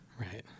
Right